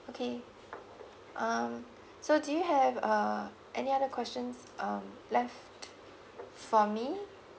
okay um so do you have uh any other questions um left for me